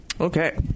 Okay